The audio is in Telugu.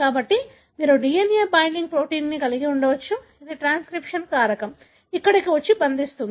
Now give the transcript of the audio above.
కాబట్టి మీరు DNA బైండింగ్ ప్రోటీన్ కలిగి ఉండవచ్చు ఇది ట్రాన్స్క్రిప్షన్ కారకం ఇక్కడకు వచ్చి బంధిస్తుంది